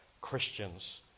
Christians